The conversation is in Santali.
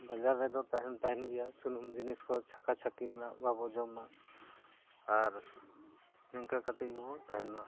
ᱵᱟᱡᱟᱨ ᱨᱮᱫᱚ ᱛᱟᱦᱮᱱ ᱛᱟᱦᱮᱱ ᱜᱮᱭᱟ ᱥᱩᱱᱩᱢ ᱡᱤᱱᱤᱥ ᱠᱚ ᱪᱷᱟᱠᱟ ᱪᱷᱟᱹᱠᱤ ᱨᱮᱱᱟᱜ ᱵᱟᱵᱚ ᱡᱚᱢ ᱢᱟ ᱟᱨ ᱱᱤᱝᱠᱟ ᱠᱟᱛᱮ ᱜᱮᱵᱚ ᱛᱟᱦᱮᱱ ᱢᱟ